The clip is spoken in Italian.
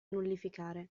nullificare